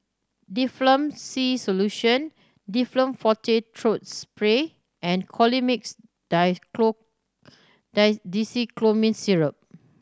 Difflam C Solution Difflam Forte Throat Spray and Colimix Dicyclomine Syrup